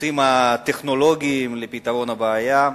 הפתרונות הטכנולוגיים לבעיה,